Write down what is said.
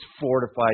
fortified